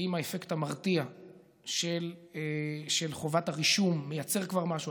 האם האפקט המרתיע של חובת הרישום מייצר כבר משהו?